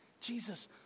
Jesus